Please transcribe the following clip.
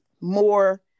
more